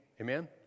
Amen